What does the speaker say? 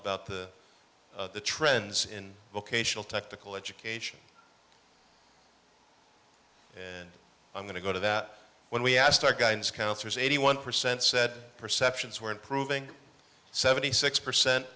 about the trends in vocational technical education and i'm going to go to that when we asked our guidance counselors eighty one percent said perceptions were improving seventy six percent